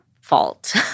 fault